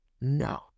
No